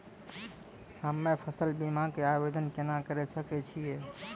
हम्मे फसल बीमा के आवदेन केना करे सकय छियै?